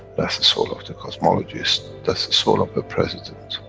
that's the soul of the cosmologist, that's the soul of a president.